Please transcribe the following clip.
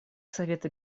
совета